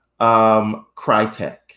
Crytek